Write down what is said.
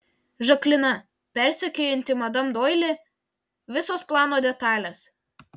žaklina persekiojanti madam doili visos plano detalės